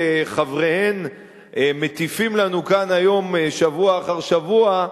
שחבריהן מטיפים לנו כאן היום שבוע אחר שבוע,